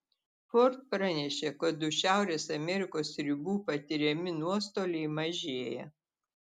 ford pranešė kad už šiaurės amerikos ribų patiriami nuostoliai mažėja